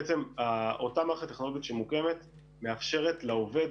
בעצם אותה מערכת שמוקמת מאפשרת לעובד